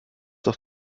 doch